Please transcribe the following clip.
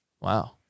wow